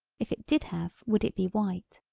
if it did have would it be white.